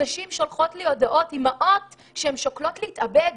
אימהות שולחות לי הודעות שהן שוקלות להתאבד.